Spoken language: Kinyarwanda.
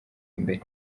imbere